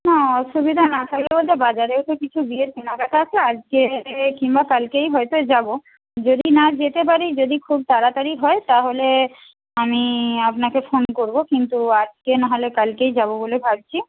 না অসুবিধা না আসলে বাজারেই তো কিছু বিয়ের কেনাকাটা আছে আজকে কিংবা কালকেই হয়তো যাব যদি না যেতে পারি যদি খুব তাড়াতাড়ি হয় তাহলে আমি আপনাকে ফোন করব কিন্তু আজকে না হলে কালকেই যাব বলে ভাবছি